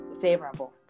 favorable